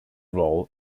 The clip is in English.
role